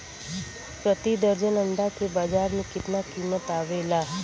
प्रति दर्जन अंडा के बाजार मे कितना कीमत आवेला?